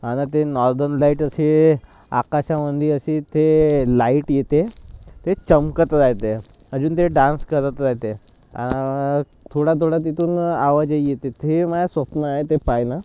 आणि ते northern light अशी आकाशामध्ये अशी ती लाइट येते ती चमकत राहते अजून ती डांस करत राहते थोडा थोडा तिथून आवाज ही येते ते माझं स्वप्न आहे ते पाहणं